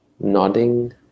nodding